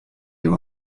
you